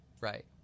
Right